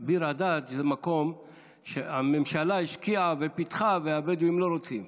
ביר הדאג' זה מקום שהממשלה השקיעה ופיתחה והבדואים לא רוצים.